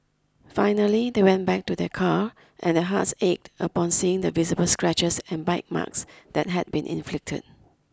finally they went back to their car and their hearts ached upon seeing the visible scratches and bite marks that had been inflicted